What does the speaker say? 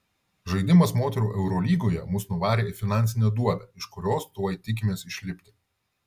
žaidimas moterų eurolygoje mus nuvarė į finansinę duobę iš kurios tuoj tikimės išlipti